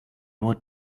what